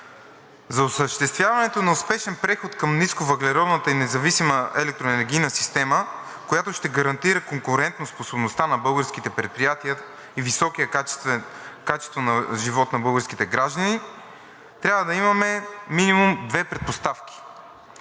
За осъществяването на успешен преход към нисковъглеродната и независима електроенергийна система, която ще гарантира конкурентоспособността на българските предприятия и високото качество на живот на българските граждани, трябва да имаме минимум две предпоставки.